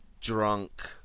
drunk